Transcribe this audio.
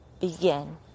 begin